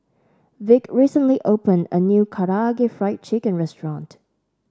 Vick recently opened a new Karaage Fried Chicken Restaurant